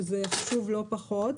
שזה חשוב לא פחות.